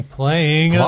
playing